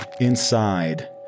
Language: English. inside